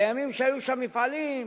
בימים שהיו שם מפעלים,